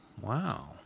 Wow